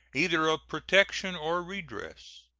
either of protection or redress.